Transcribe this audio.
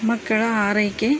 ಮಕ್ಕಳ ಆರೈಕೆ